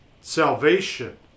salvation